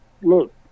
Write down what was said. look